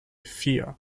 vier